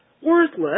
Worthless